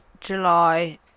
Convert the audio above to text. July